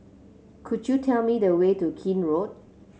could you tell me the way to Keene Road